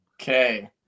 Okay